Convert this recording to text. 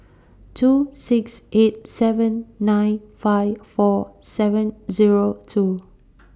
two six eight seven nine five four seven Zero two